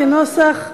כנוסח הוועדה.